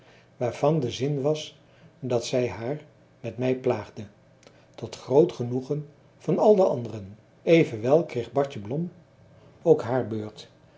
waarvan de zin was dat zij haar met mij plaagde tot groot genoegen van al de anderen evenwel kreeg bartje blom ook haar beurt